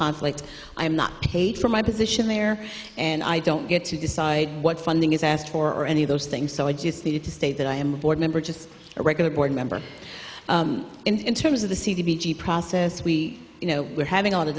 conflict i am not paid for my position there and i don't get to decide what funding is asked for any of those things so i just needed to state that i am a board member just a regular board member and in terms of the c d g process we you know we're having a